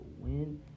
win